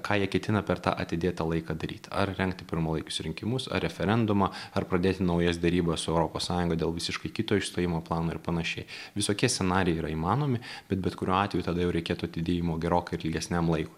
ką jie ketina per tą atidėtą laiką daryti ar rengti pirmalaikius rinkimus ar referendumą ar pradėti naujas derybas su europos sąjunga dėl visiškai kito išstojimo plano ir panašiai visokie scenarijai yra įmanomi bet bet kuriuo atveju tada jau reikėtų atidėjimo gerokai ilgesniam laikui